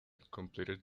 completed